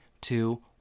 two